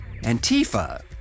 Antifa